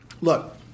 Look